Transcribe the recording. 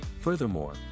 Furthermore